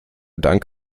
dank